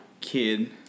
kid